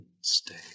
Stay